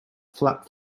flap